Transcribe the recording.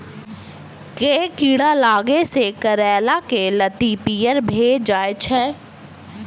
केँ कीड़ा लागै सऽ करैला केँ लत्ती पीयर भऽ जाय छै?